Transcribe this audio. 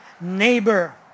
neighbor